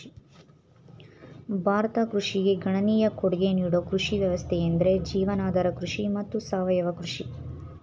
ಭಾರತ ಕೃಷಿಗೆ ಗಣನೀಯ ಕೊಡ್ಗೆ ನೀಡೋ ಕೃಷಿ ವ್ಯವಸ್ಥೆಯೆಂದ್ರೆ ಜೀವನಾಧಾರ ಕೃಷಿ ಮತ್ತು ಸಾವಯವ ಕೃಷಿ